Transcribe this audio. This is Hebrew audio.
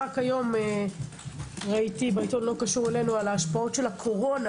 רק היום ראיתי בעיתון על השפעות הקורונה